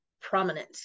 prominent